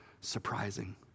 surprising